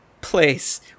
place